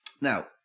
Now